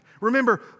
Remember